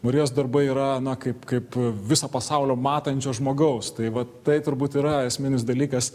marijos darbai yra na kaip kaip viso pasaulio matančio žmogaus tai vat tai turbūt yra esminis dalykas